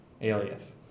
Alias